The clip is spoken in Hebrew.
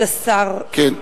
מספיק היום.